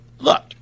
Look